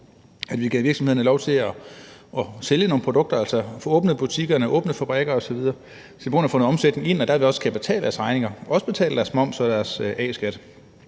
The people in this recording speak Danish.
op og giver virksomhederne lov til at sælge nogle produkter, altså får åbnet butikkerne, får åbnet fabrikkerne osv., så de kan få noget omsætning ind og derved også kan betale deres regninger – også betale deres moms og deres A-skat.